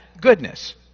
goodness